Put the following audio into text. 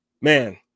man